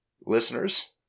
listeners